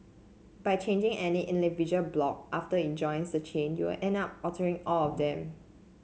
by changing any individual block after it joins the chain you'll end up altering all of them